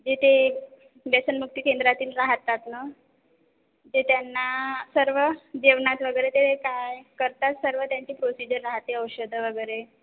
जे ते व्यसनमुक्ती केंद्रातील राहतात न ते त्यांना सर्व जेवणात वगैरे ते काय करतात सर्व त्यांची प्रोसिजर राहते औषधं वगैरे